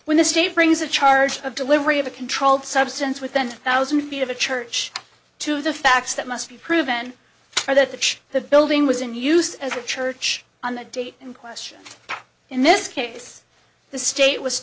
when the state brings a charge of delivery of a controlled substance with ten thousand feet of a church to the facts that must be proven or that the church the building was in use as a church on the date in question in this case the state was